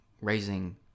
raising